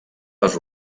les